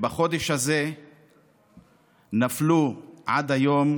ובחודש הזה נפלו עד היום